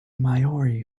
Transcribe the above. maori